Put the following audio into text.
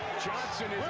johnson